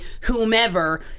whomever